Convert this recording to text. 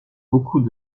beaucoup